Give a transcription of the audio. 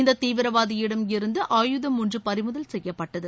இந்த தீவிரவாதியிடமிருந்து ஆபுதம் ஒன்று பறிமுதல் செய்யப்பட்டது